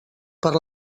per